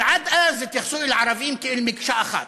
אבל עד אז יתייחסו אל ערבים כאל מקשה אחת,